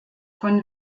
von